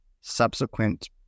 subsequent